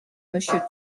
monsieur